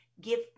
Give